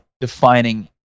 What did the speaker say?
defining